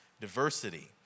diversity